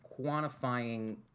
quantifying